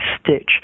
stitch